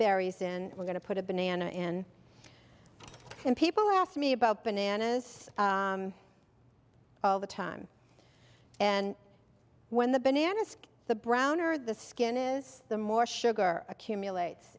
berries in we're going to put a banana in and people asked me about bananas all the time and when the bananas the brown or the skin is the more sugar accumulates